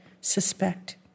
suspect